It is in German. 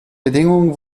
bedingungen